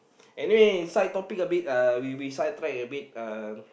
anyway side topic a bit uh we we side track a bit uh